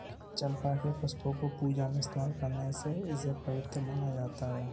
चंपा के पुष्पों को पूजा में इस्तेमाल करने से इसे पवित्र माना जाता